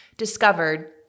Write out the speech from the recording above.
discovered